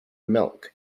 milk